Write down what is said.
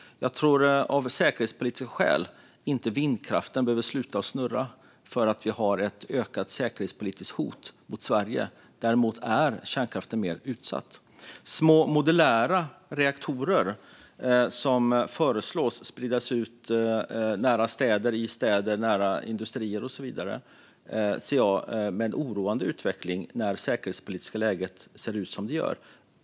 Jag tror inte att vindkraften behöver sluta snurra för att vi har ett ökat säkerhetspolitiskt hot mot Sverige. Däremot är kärnkraften mer utsatt. Små modulära reaktorer, som föreslås spridas ut nära städer, industrier och så vidare, ser jag som en oroande utveckling när det säkerhetspolitiska läget ser ut som det gör.